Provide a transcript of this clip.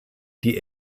die